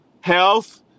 Health